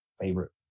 favorite